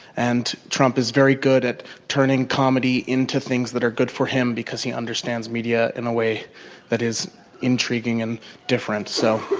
and trump is very good at turning comedy into things that are good for him, because he understands media in a way that is intriguing and different. so,